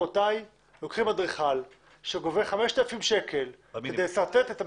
לוקחים אדריכל שגובה 5,000 שקלים כדי לשרטט את המבנה.